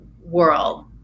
world